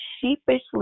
sheepishly